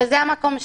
זה המקום שלי,